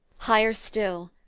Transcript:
higher still.